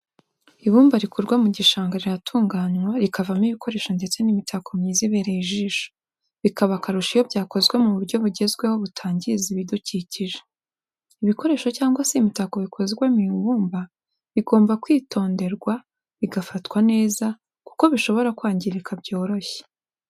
Ibumba rikurwa mu gishanga riratunganywa rikavamo ibikoresho ndetse n'imitako myiza ibereye ijisho, bikaba akarusho iyo byakozwe mu buryo bugezweho butangiza ibidukikije. Ibikoresho cyangwa se imitako bikozwe mu ibumba bigomba kwitonderwa bigafatwa neza kuko bishobora kwangirika byoroshye.